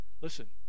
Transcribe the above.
Listen